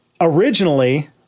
originally